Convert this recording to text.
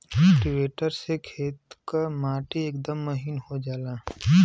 cultivator से खेत क माटी एकदम महीन हो जाला